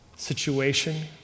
situation